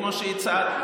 כמו שהצעת,